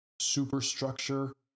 superstructure